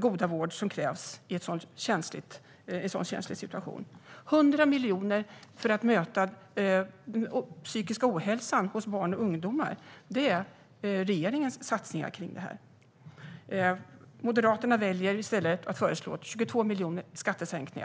goda vård som krävs i den känsliga situation de befinner sig i. Regeringen satsar även 100 miljoner för att möta den psykiska ohälsan hos barn och ungdomar. Moderaterna väljer i stället att föreslå 22 miljarder i skattesänkningar.